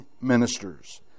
ministers